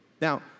Now